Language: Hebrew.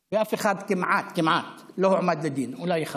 ואף אחד כמעט, כמעט, לא הועמד לדין, אולי אחד.